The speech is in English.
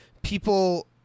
People